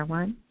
one